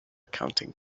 counting